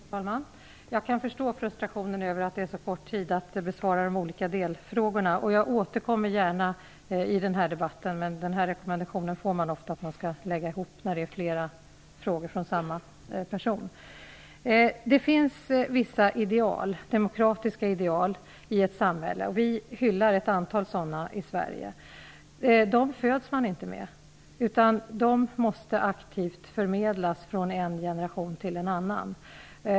Herr talman! Jag kan förstå frustrationen över att det finns så kort tid för att besvara de olika delfrågorna. Jag återkommer gärna i den här debatten. Man får dock ofta rekommendationen att man skall lägga ihop flera frågor från samma person. Det finns vissa demokratiska ideal i ett samhälle. Vi hyllar ett antal sådana ideal i Sverige. Dessa ideal föds man inte med. De måste aktivt förmedlas från en generation till en annan.